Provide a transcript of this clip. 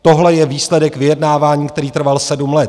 Tohle je výsledek vyjednávání, který trval sedm let.